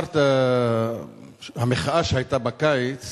לאחר המחאה שהיתה בקיץ